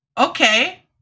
Okay